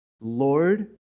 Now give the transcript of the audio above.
Lord